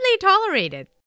tolerated